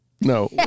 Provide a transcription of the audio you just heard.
No